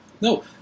No